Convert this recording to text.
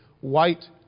white